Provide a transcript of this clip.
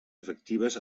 efectives